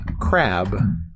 crab